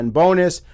bonus